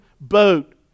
boat